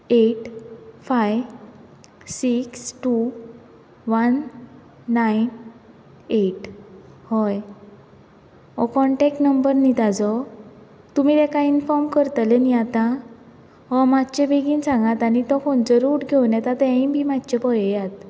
eight five six two one nine eight हय हो contact number न्ही तेजो तुमी तेका इनफॉर्म करतले न्ही आतां हय मातशें बेगीन सांगात आनी तो खंयचो रूट घेवन येता तेंयी बीन मातशें पययात